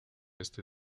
este